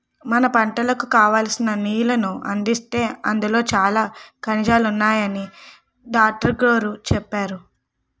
మన పంటలకు కావాల్సిన నీళ్ళను అందిస్తే అందులో చాలా ఖనిజాలున్నాయని డాట్రుగోరు చెప్పేరు